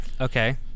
okay